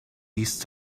east